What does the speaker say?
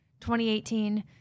2018